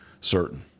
Certain